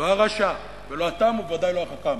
לא הרשע, ולא התם, וודאי לא החכם.